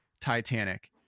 Titanic